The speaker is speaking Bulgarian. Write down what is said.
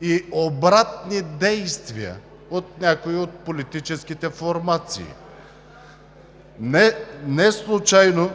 и обратни действия от някои от политическите формации! Неслучайно